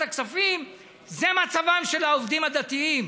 הכספים זה מצבם של העובדים הדתיים.